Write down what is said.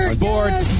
sports